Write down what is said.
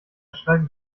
streitet